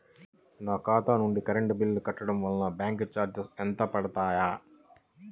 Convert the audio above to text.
నా ఖాతా నుండి కరెంట్ బిల్ కట్టడం వలన బ్యాంకు చార్జెస్ ఎంత పడతాయా?